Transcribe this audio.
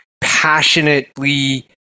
passionately